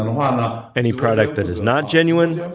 and ah any product that is not genuine,